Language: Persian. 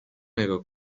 نگاه